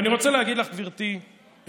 ואני רוצה להגיד לך, גברתי היושבת-ראש,